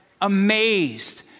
amazed